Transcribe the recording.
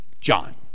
John